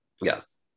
Yes